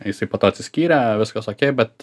jisai po to atsiskyrė viskas okei bet